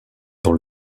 dans